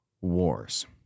Wars